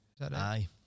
Aye